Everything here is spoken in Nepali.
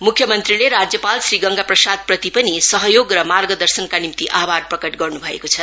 मुख्य मंत्रीले राज्यपाल श्री गंगा प्रसाद्प्रति पनि सहयोग र मार्गदर्शनका निम्ति आभार प्रकट गर्नु भएको छ